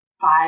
five